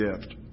gift